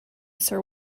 sir